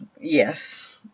yes